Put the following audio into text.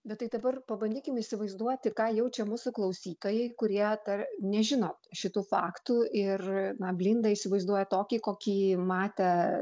bet tai dabar pabandykim įsivaizduoti ką jaučia mūsų klausytojai kurie dar nežino šitų faktų ir na blindą įsivaizduoja tokį kokį matė